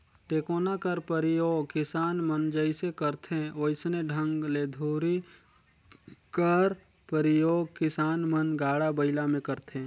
टेकोना कर परियोग किसान मन जइसे करथे वइसने ढंग ले धूरी कर परियोग किसान मन गाड़ा बइला मे करथे